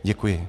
Děkuji.